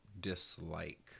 dislike